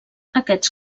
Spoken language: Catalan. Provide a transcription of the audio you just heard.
aquests